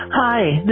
Hi